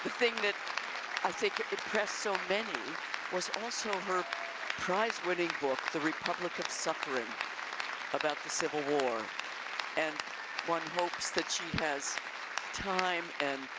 thing that i think impressed so many was also her prize-winning book the republic of suffering about the civil war and one hopes that she has time and